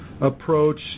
approach